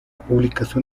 publicación